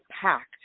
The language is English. packed